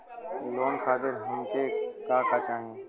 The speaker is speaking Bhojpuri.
लोन खातीर हमके का का चाही?